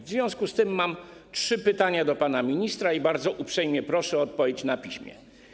W związku z tym mam trzy pytania do pana ministra i bardzo uprzejmie proszę o odpowiedź na piśmie.